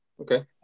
Okay